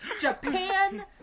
Japan